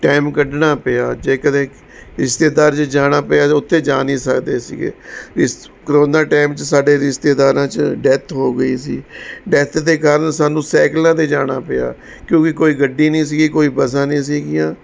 time ਕੱਢਣਾ ਪਿਆ ਜੇ ਕਦੇ ਰਿਸ਼ਤੇਦਾਰ 'ਚ ਜਾਣਾ ਪਿਆ ਤਾਂ ਉੱਥੇ ਜਾ ਨਹੀਂ ਸਕਦੇ ਸੀਗੇ ਇਸ ਕਰੋਨਾ ਟਾਈਮ 'ਚ ਸਾਡੇ ਰਿਸ਼ਤੇਦਾਰਾਂ ਚ ਡੈੱਥ ਹੋ ਗਈ ਸੀ ਡੈੱਥ ਦੇ ਕਾਰਨ ਸਾਨੂੰ ਸਾਈਕਲਾਂ 'ਤੇ ਜਾਣਾ ਪਿਆ ਕਿਉਂਕਿ ਕੋਈ ਗੱਡੀ ਨਹੀਂ ਸੀਗੀ ਕੋਈ ਬੱਸਾਂ ਨਹੀਂ ਸੀਗੀਆਂ